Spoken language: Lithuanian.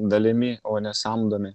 dalimi o ne samdomi